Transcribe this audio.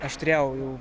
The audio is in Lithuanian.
aš turėjau jau